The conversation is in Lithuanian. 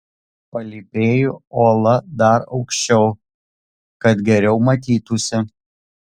palypėju uola dar aukščiau kad geriau matytųsi